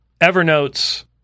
Evernote's